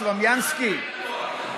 סלומינסקי,